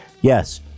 yes